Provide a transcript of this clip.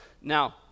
Now